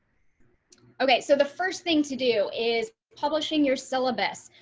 okay, so the first thing to do is publishing your syllabus.